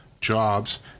jobs